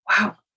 wow